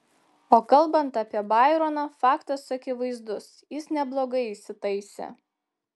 o kalbant apie baironą faktas akivaizdus jis neblogai įsitaisė